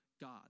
God